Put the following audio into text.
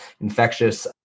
infectious